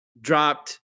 dropped